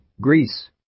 Greece